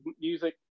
music